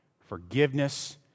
forgiveness